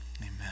amen